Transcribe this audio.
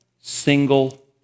single